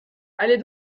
allez